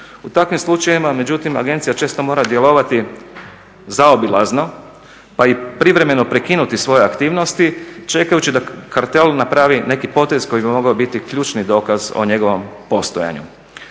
U takvim slučajevima međutim agencija često mora djelovati zaobilazno pa i privremeno prekinuti svoje aktivnosti čekajući da kartel napravi neki potez koji bi mogao biti ključni dokaz o njegovom postojanju.